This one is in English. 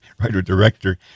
writer-director